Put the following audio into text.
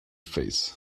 face